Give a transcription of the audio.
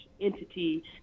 entity